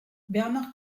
bernard